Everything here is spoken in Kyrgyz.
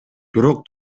бирок